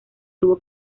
tuvo